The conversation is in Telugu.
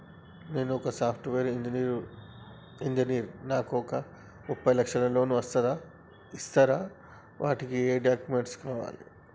నేను ఒక సాఫ్ట్ వేరు ఇంజనీర్ నాకు ఒక ముప్పై లక్షల లోన్ ఇస్తరా? వాటికి ఏం డాక్యుమెంట్స్ కావాలి?